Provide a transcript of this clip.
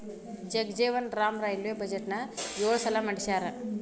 Jagjivan Ram railway ಬಜೆಟ್ನ ಯೊಳ ಸಲ ಮಂಡಿಸ್ಯಾರ